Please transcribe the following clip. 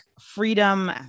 freedom